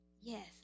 Yes